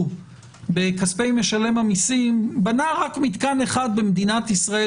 שהציבור בכספי משלם המיסים בנה רק מתקן אחד במדינת ישראל,